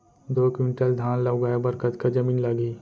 दो क्विंटल धान ला उगाए बर कतका जमीन लागही?